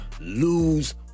Lose